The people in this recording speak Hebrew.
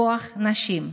כוח נשים,